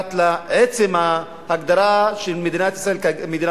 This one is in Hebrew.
נוגעת בעצם ההגדרה של מדינת ישראל כמדינה